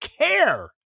care